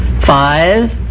five